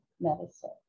medicine